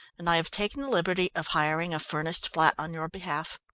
and i have taken the liberty of hiring a furnished flat on your behalf.